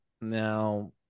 Now